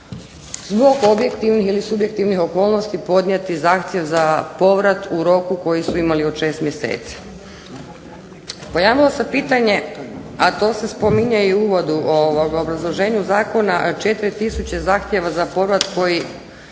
zbog objektivnih ili subjektivnih okolnosti podnijeti zahtjev za povrat u roku koji su imali od šest mjeseci. Pojavilo se pitanje, a to se spominje i u uvodu ovog obrazloženja zakona, 4000 zahtjeva za povrat koji